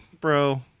bro